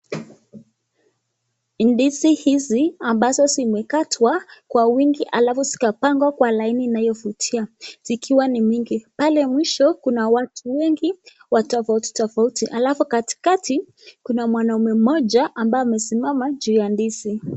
Ndizi hizi ambazo zimekatwa kwa wingi halafu zikapangwa kwa laini inayovutia zikiwa ni mingi. Pale mwisho kuna watu wengi wa tofauti tofauti. Halafu katikati kuna mwanaume mmoja ambaye amesimama juu ya ndizi.